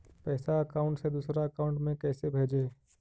पैसा अकाउंट से दूसरा अकाउंट में कैसे भेजे?